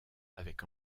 avec